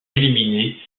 éliminer